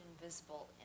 invisible